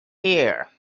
here